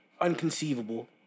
unconceivable